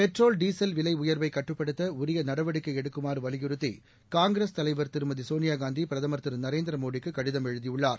petrol diesel விலை உயர்வை கட்டுப்படுத்த உரிய நடவடிக்கை எடுக்குமாறு வலியுறுத்தி காங்கிரஸ் தலைவர் திருமதி சோனியாகாந்தி பிரதமர் திரு நரேந்திரமோடிக்கு கடிதம் எழுதியுள்ளார்